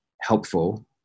helpful